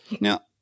now